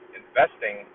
investing